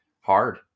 hard